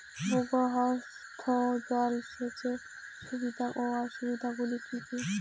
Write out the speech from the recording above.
ভূগর্ভস্থ জল সেচের সুবিধা ও অসুবিধা গুলি কি কি?